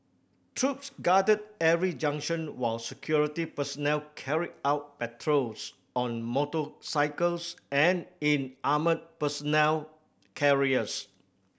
troops guarded every junction while security personnel carried out patrols on motorcycles and in armoured personnel carriers